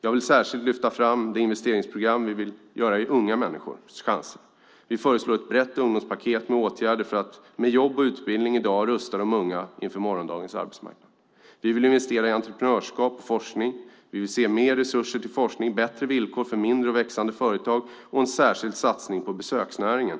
Jag vill särskilt lyfta fram det investeringsprogram vi vill göra för unga människors chanser. Vi föreslår ett brett ungdomspaket med åtgärder för att med jobb och utbildning i dag rusta de unga inför morgondagens arbetsmarknad. Vi vill investera i entreprenörskap och forskning. Vi vill se mer resurser till forskning, bättre villkor för mindre och växande företag och en särskild satsning på besöksnäringen.